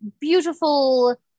beautiful